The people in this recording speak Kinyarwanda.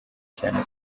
cyane